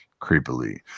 creepily